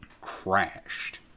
crashed